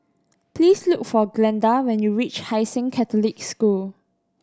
please look for Glenda when you reach Hai Sing Catholic School